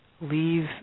leave